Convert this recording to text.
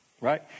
Right